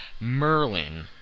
Merlin